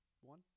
One